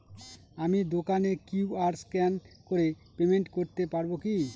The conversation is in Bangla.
আমি দোকানে কিউ.আর স্ক্যান করে পেমেন্ট করতে পারবো কি?